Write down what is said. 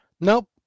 Nope